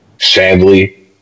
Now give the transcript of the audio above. Sadly